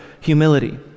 humility